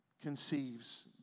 conceives